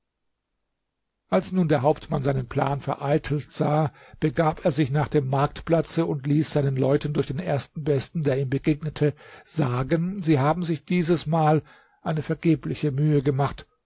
als nun der hauptmann seinen plan vereitelt sah begab er sich nach dem marktplatze und ließ seinen leuten durch den ersten besten der ihm begegnete sagen sie haben sich dieses mal eine vergebliche mühe gemacht